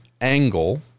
angle